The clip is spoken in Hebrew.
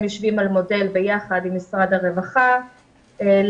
הם יושבים על מודל עם משרד הרווחה להגדיר